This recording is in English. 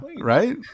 Right